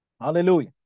Hallelujah